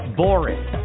boring